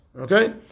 Okay